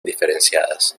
diferenciadas